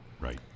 Right